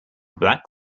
black